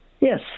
Yes